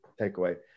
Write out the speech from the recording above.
takeaway